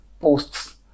posts